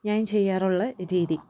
ഞാൻ ചെയ്യാറുള്ള രീതി